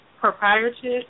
proprietorship